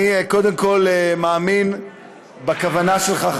אני קודם כול מאמין בכוונה שלך,